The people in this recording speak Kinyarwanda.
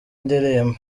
ndirimbo